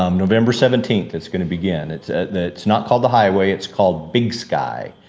um november seventeenth, it's gonna begin. it's it's not called, the highway it's called, big sky.